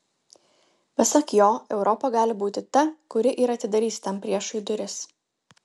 pasak jo europa gali būti ta kuri ir atidarys tam priešui duris